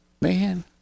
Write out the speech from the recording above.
Man